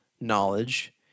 Knowledge